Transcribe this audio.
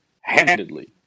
handedly